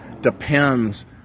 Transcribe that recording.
depends